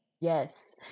Yes